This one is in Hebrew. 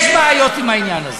יש בעיות עם העניין הזה.